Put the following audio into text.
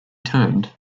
turned